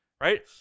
right